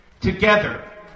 together